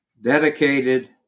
dedicated